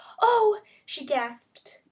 oh! she gasped.